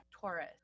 Taurus